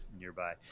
nearby